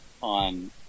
on